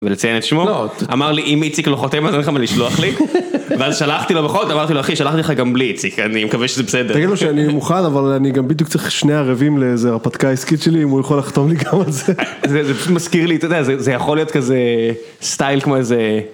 לציינת שמות אמר לי אם איציק לא חותם אז אין לך מה לשלוח לי ואז שלחתי לו בחוד אמרתי לו אחי שלחתי לך גם בלי איציק אני מקווה שזה בסדר תגיד לו שאני מוכן אבל אני גם בדיוק צריך שני ערבים לעזר הרפתקה העסקית שלי אם הוא יכול לחתום לי גם על זה זה פשוט מזכיר לי זה יכול להיות כזה סטייל כמו איזה.